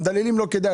במדללים לא כדאי,